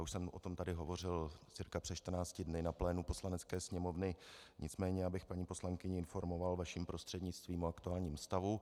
Už jsem tady o tom hovořil cca před 14 dny na plénu Poslanecké sněmovny, nicméně abych paní poslankyni informoval vaším prostřednictvím o aktuálním stavu.